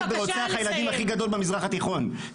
את תומכת ברוצח הילדים הכי גדול במזרח התיכון.